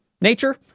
Nature